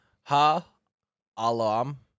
Ha-alam